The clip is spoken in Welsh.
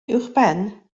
uwchben